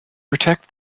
protect